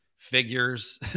figures